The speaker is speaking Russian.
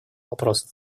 вопросов